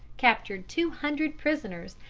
captured two hundred prisoners,